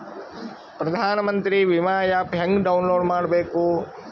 ಪ್ರಧಾನಮಂತ್ರಿ ವಿಮಾ ಆ್ಯಪ್ ಹೆಂಗ ಡೌನ್ಲೋಡ್ ಮಾಡಬೇಕು?